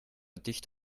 dicht